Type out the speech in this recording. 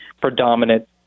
predominant